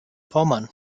pommern